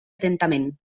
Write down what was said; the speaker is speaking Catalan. atentament